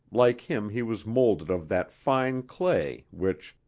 like him he was molded of that fine clay which,